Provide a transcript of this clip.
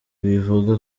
bivuga